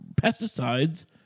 pesticides